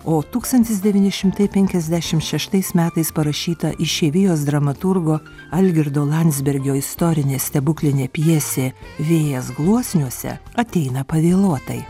o tūkstantis devyni šimtai penkiasdešimt šeštais metais parašyta išeivijos dramaturgo algirdo landsbergio istorinė stebuklinė pjesė vėjas gluosniuose ateina pavėluotai